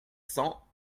cents